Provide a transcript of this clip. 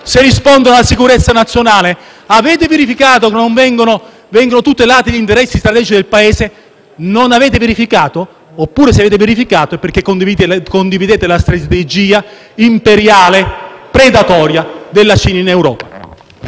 Non avete verificato, oppure, se lo avete fatto, è perché condividete la strategia imperiale e predatoria della Cina in Europa.